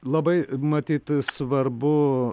labai matyt svarbu